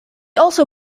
also